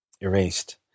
erased